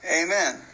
Amen